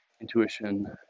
Intuition